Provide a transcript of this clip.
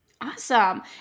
Awesome